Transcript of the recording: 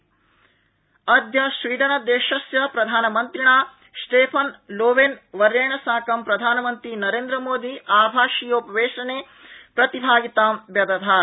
Sweden सम्मेलनम् अद्य स्वीडनदेशस्य प्रधानमन्त्रिणा स्टेफनलोवेन वर्येण साकम् प्रधानमंत्रीनरेन्द्रमोदी आभासीयोपवेशने प्रतिभागितां व्यदधात्